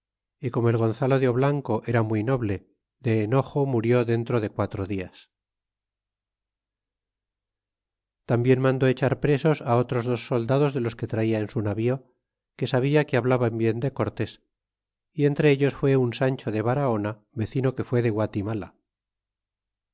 y como el gonzalo de blanco era muy noble de enojo murió dentro de quatro dias tambien mandó echar presos otros dos soldados de los que traía cii su navío que sabia que hablaban bien de cortés y entre ellos fue un sancho de barahona vecino que fue de guatimala